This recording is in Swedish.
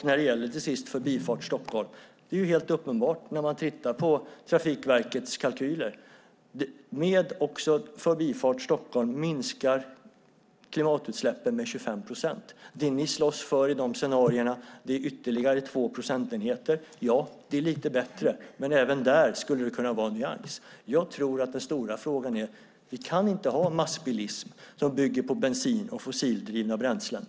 När det till sist gäller Förbifart Stockholm är det när man tittar på Trafikverkets kalkyler helt uppenbart att klimatutsläppen minskar med 25 procent med Förbifart Stockholm. Det ni slåss för i dessa scenarier är ytterligare 2 procentenheter. Ja, det är lite bättre, men även där skulle det kunna vara en nyans. Jag tror att den stora frågan är att vi inte kan ha en massbilism som bygger på bensin och fossildrivna bränslen.